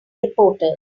reporters